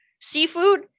seafood